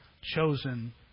chosen